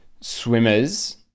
swimmers